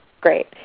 great